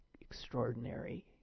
extraordinary